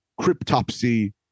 cryptopsy